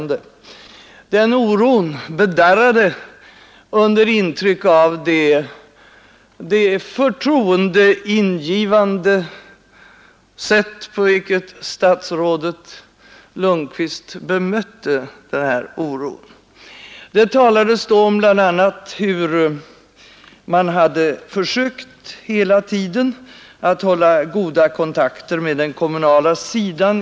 Den oron bedarrade under intryck av det förtroendeingivande sätt på vilket statsrådet Lundkvist bemötte den. Det talades då bl.a. om hur man i detta ärende hela tiden hade försökt att hålla goda kontakter med den kommunala sidan.